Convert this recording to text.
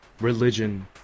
religion